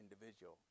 individual